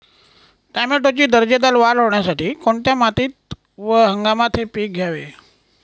टोमॅटोची दर्जेदार वाढ होण्यासाठी कोणत्या मातीत व हंगामात हे पीक घ्यावे?